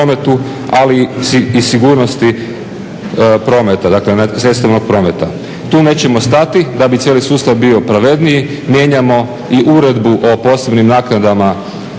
ali i sigurnosti cestovnog prometa. Tu nećemo stati da bi cijeli sustav bio pravedniji mijenjao i uredbu o posebnim naknadama